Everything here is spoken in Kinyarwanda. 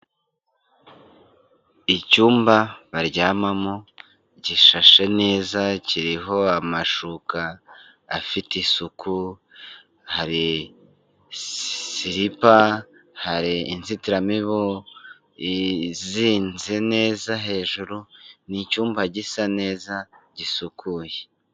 Icyumba baryamamo gishashe neza kiriho amashuka afite isuku, hari siripa, hari inzitiramibu izinze neza hejuru ni icyumba gisa neza gisukuye.